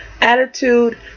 attitude